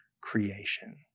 creation